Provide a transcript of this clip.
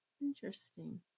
Interesting